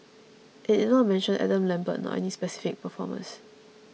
it did not mention Adam Lambert nor any specific performers